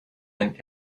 ein